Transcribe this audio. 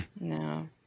no